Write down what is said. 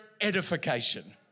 edification